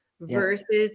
versus